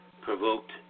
provoked